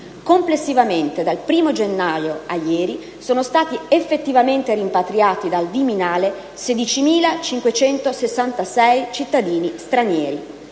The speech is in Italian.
Complessivamente, dal 1° gennaio a ieri sono stati effettivamente rimpatriati dal Viminale 16.566 cittadini stranieri.